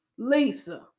Lisa